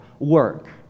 work